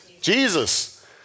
Jesus